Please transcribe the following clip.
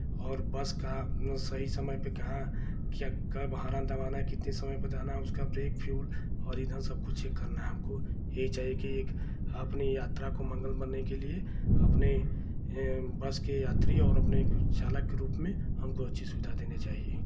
और बस का सही समय पे कहाँ क्या कब हॉर्न दबाना किस समय पे जाना है उसका ब्रेक फ्यूल और इधर सबकुछ चेक करना है हमको यही चाहिये कि एक अपने यात्रा को मंगल बनने के लिए अपने बस के यात्री और अपने चालक के रूप में हमको अच्छी सुविधा देनी चाहिए